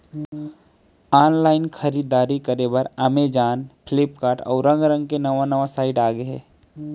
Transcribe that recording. online खरीददारी करे बर अमेजॉन, फ्लिपकार्ट, अउ रंग रंग के नवा नवा साइट आगे हे